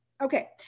Okay